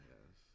Yes